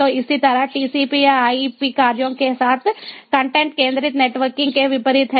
तो इसी तरह टीसीपी आईपी कार्यों के साथ कंटेंट केंद्रित नेटवर्किंग के विपरीत है